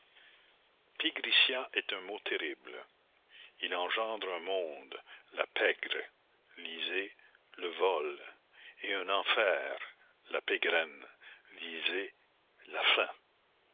pigritia est un mot terrible il engendre un monde la pègre lisez le vol et un enfer la pégrenne lisez la faim